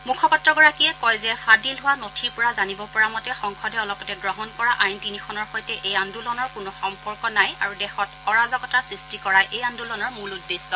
মূখপাত্ৰগৰাকীয়ে কয় যে ফাদিল হোৱা নথিৰ পৰা জানিব পৰা মতে সংসদে অলপতে গ্ৰহণ কৰা আইন তিনিখনৰ সৈতে এই আন্দোলনৰ কোনো সম্পৰ্ক নাই আৰু দেশত অৰাজকতা সৃষ্টি কৰাই এই আন্দোলনৰ মূল উদ্দেশ্য